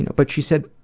and but she said,